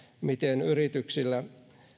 miten yrityksillä